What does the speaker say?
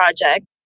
project